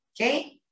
okay